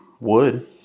wood